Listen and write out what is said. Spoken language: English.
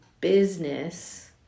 business